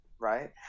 right